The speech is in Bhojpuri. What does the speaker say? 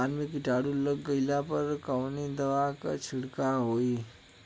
धान में कीटाणु लग गईले पर कवने दवा क छिड़काव होई?